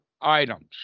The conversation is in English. items